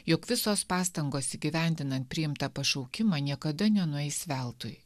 jog visos pastangos įgyvendinant priimtą pašaukimą niekada nenueis veltui